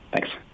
Thanks